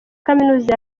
kaminuza